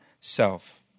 self